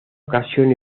ocasión